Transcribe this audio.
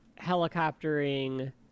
helicoptering